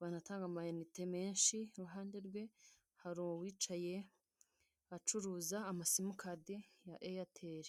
banatanga amayinite menshi iruhande hari uwicaye acuruza amasimukadi ya eyateri.